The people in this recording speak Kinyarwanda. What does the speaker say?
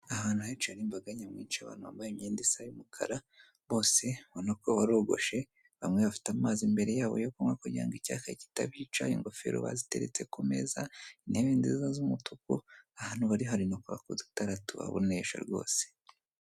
Ahantu henshi harimbaga nyamwinshi abantu bambaye imyenda isa y'umukara bose urabona ko barogoshe bamwe bafite amazi imbere yabo yo kunywa kugira ngo icyaka kitabica, ingofero baziteretse ku meza, intebe nziza z'umutuku ahantu bari hari no kwaka udutara tuhabonesha rwose.